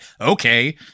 Okay